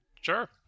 Sure